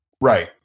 right